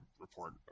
report